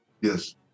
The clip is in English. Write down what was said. Yes